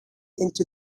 into